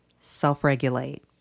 self-regulate